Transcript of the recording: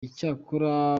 icyakora